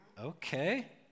Okay